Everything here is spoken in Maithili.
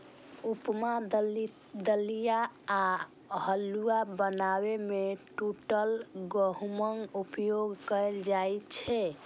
उपमा, दलिया आ हलुआ बनाबै मे टूटल गहूमक उपयोग कैल जाइ छै